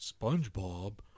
SpongeBob